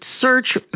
search